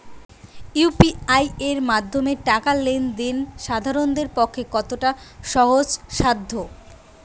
UPI এর মাধ্যমে টাকা লেন দেন সাধারনদের পক্ষে কতটা সহজসাধ্য?